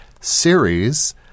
series